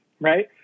right